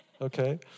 okay